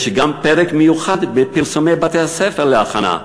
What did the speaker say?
יש גם פרק מיוחד בפרסומי בתי-הספר להכנה,